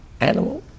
animal